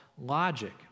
logic